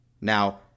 Now